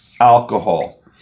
alcohol